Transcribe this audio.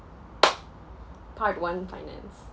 part one finance